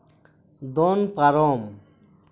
ᱫᱚᱱ ᱯᱟᱨᱚᱢ